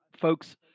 folks